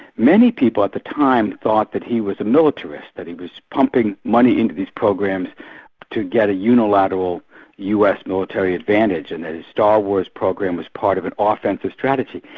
many people at the time thought that he was a militarist, that he was pumping money into these programs to get a unilateral us military advantage and his star wars program was part of an authentist strategy.